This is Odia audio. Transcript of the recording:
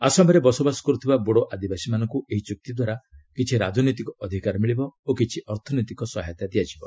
ଆସାମରେ ବସବାସ କରୁଥିବା ବୋଡୋ ଆଦିବାସୀମାନଙ୍କୁ ଏହି ଚୁକ୍ତି ଦ୍ୱାରା କିଛି ରାଜନୈତିକ ଅଧିକାର ମିଳିବ ଓ କିଛି ଅର୍ଥନୈତିକ ସହାୟତା ଦିଆଯିବ